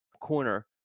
corner